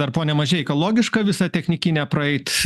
dar pone mažeika logiška visą technikinę praeit